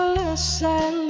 listen